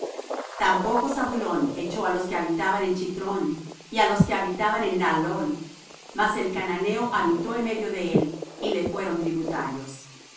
tampoco zabulón echó á los que habitaban en chtron y á los que habitaban en naalol mas el cananeo habitó en medio de él y le fueron tributarios